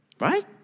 Right